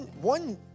one